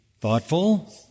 thoughtful